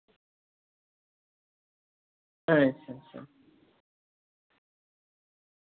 अच्छा